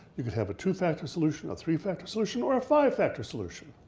you can have a two-factor solution, a three-factor solution, or a five-factor solution,